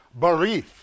Barith